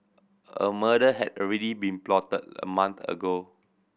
a murder had already been plotted a month ago